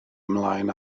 ymlaen